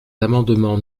amendements